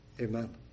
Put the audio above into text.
amen